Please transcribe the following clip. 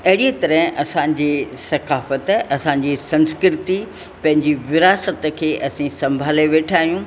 अहिड़ीअ तरह असांजे सकाफत असांजी संस्कृति पैंजी विरासत खे असां संभाले वेठा आहियूं